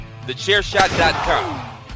TheChairShot.com